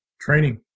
Training